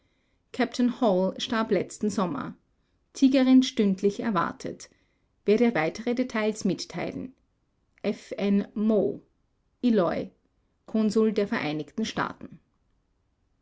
letzten sommer tigerin stündlich erwartet werde weitere details mitteilen f n mo lloy konsul der vereinigten staaten